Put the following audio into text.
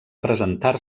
presentar